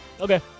Okay